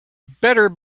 better